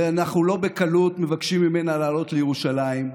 ואנחנו לא בקלות מבקשים ממנה לעלות לירושלים.